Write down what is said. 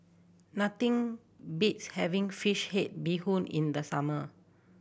nothing beats having fish head bee hoon in the summer